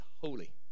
holy